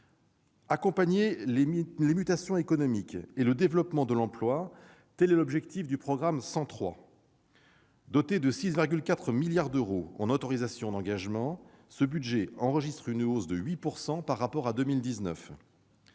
Accompagner les mutations économiques et le développement de l'emploi, tel est l'objectif du programme 103. Celui-ci, doté de 6,4 milliards d'euros en autorisations d'engagement, enregistre une hausse de 8 % par rapport à 2019.